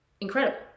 incredible